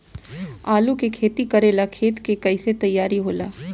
आलू के खेती करेला खेत के कैसे तैयारी होला?